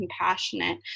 compassionate